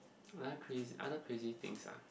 were I crazy other crazy things ah